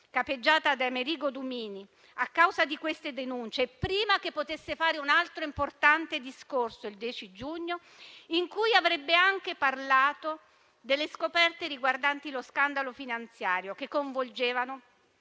capeggiata da Amerigo Dumini, a causa di queste denunce e prima che potesse fare un altro importante discorso il 10 giugno, in cui avrebbe anche parlato delle scoperte riguardanti lo scandalo finanziario che coinvolgevano